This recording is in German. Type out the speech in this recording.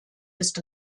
ist